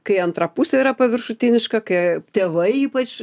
kai antra pusė yra paviršutiniška kai tėvai ypač